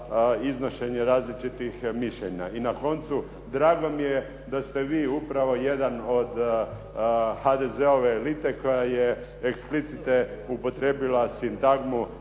iznošenje različitih mišljenja." I na koncu, drago mi je da ste vi upravo jedan od HDZ-ove elite koje je explicite upotrijebila sintagmu